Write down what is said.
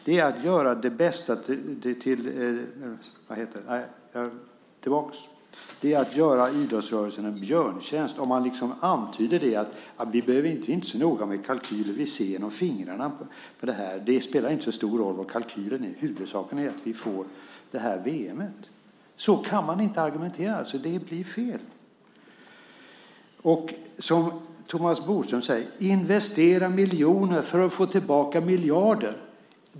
Det är att göra idrottsrörelsen en björntjänst om man antyder att det inte är så noga med kalkyler och att man ser genom fingrarna med detta och att kalkylen inte spelar så stor roll och att huvudsaken är att vi får detta VM. Så kan man inte argumentera. Det blir fel. Thomas Bodström talar om att investera miljoner för att få tillbaka miljarder.